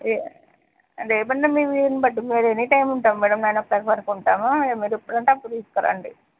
రేపు అంటే మీ వీలునుబట్టి మేము ఎనీ టైం ఉంటాం మేడం నైన్ ఓ క్లాక్ వరకు ఉంటాము మీరు ఎప్పుడు అంటే అప్పుడు తీసుకురండి